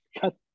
cut